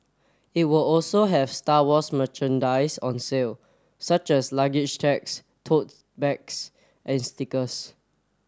it will also have Star Wars merchandise on sale such as luggage tags tote bags and stickers